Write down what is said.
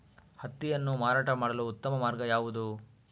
ಹತ್ತಿಯನ್ನು ಮಾರಾಟ ಮಾಡಲು ಉತ್ತಮ ಮಾರ್ಗ ಯಾವುದು?